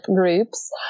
groups